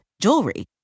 jewelry